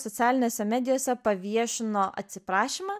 socialinėse medijose paviešino atsiprašymą